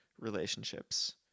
relationships